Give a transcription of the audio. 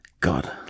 God